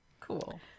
cool